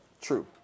true